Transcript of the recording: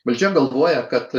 valdžia galvoja kad